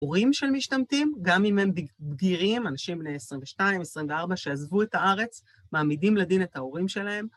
‫הורים של משתמטים, גם אם הם בגירים, ‫אנשים בני 22, 24, שעזבו את הארץ, ‫מעמידים לדין את ההורים שלהם.